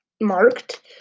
marked